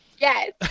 Yes